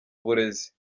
uburezi